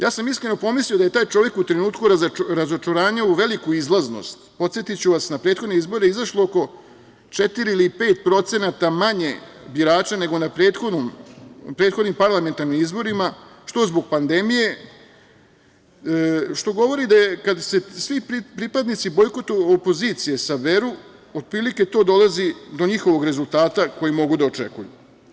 Ja sam iskreno pomislio da je taj čovek u trenutku razočaranja u veliku izlaznost, podsetiću vas na prethodne izbore je izašlo oko četiri ili pet procenata manje birača nego na prethodnim parlamentarnim izborima što zbog pandemije, što govori kada se svi pripadnici opozicije saberu, otprilike to dolazi do njihovog rezultata koji mogu da očekuju.